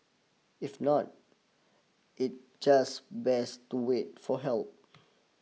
if not it just best to wait for help